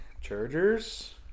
Chargers